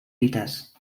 dites